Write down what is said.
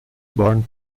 borne